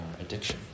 addiction